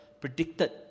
predicted